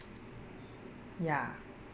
ya